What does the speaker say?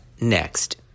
next